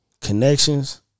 connections